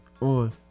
on